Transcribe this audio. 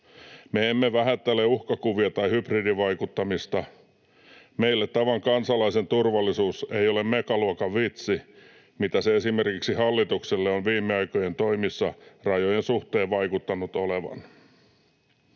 Me emme vähättele uhkakuvia tai hybridivaikuttamista. Meille tavan kansalaisen turvallisuus ei ole megaluokan vitsi, mitä se esimerkiksi hallitukselle on viime aikojen toimissa rajojen suhteen vaikuttanut olevan.